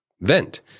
vent